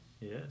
Yes